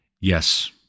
Yes